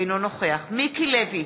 אינו נוכח מיקי לוי,